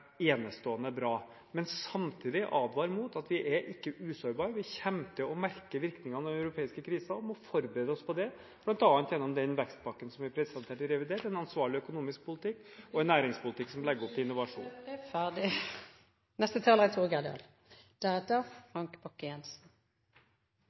seg enestående bra. Samtidig må vi advare mot at vi ikke er usårbare. Vi kommer til å merke virkningene av den europeiske krisen og må forberede oss på det, bl.a. gjennom den vekstpakken som blir presentert i revidert nasjonalbudsjett – en ansvarlig økonomisk politikk med en næringspolitikk som legger opp til innovasjon. Replikkordskiftet er